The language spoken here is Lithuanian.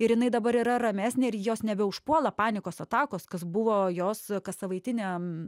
ir jinai dabar yra ramesnė ir jos nebeužpuola panikos atakos kas buvo jos kassavaitinė